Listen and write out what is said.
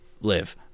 Live